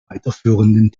weiterführenden